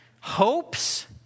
Hopes